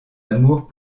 amour